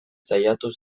saiatu